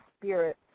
spirit